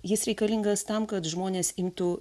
jis reikalingas tam kad žmonės imtų